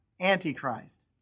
antichrist